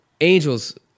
angels